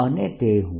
અને તે હું